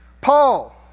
Paul